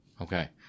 okay